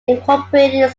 incorporated